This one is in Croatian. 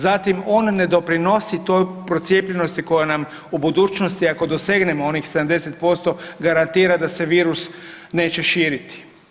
Zatim on ne doprinosi toj procijepljenosti koja nam u budućnosti ako dosegnemo onih 70% garantira da se virus neće širiti.